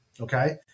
okay